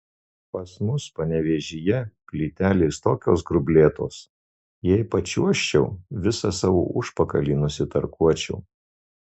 pas mus panevėžyje plytelės tokios grublėtos jei pačiuožčiau visą savo užpakalį nusitarkuočiau